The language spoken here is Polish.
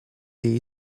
jej